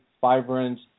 Vibrance